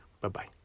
Bye-bye